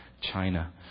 China